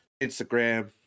Instagram